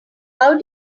how